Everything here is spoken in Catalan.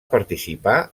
participar